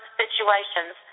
situations